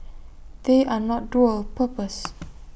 they are not dual purpose